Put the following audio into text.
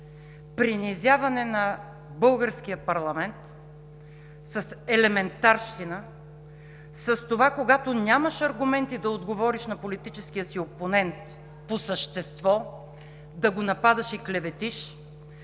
принизяване на българския парламент с елементарщина, с това, когато нямаш аргументи да отговориш на политическия си опонент по същество, да го нападаш и клеветиш,